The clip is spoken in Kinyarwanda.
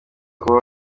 kubaho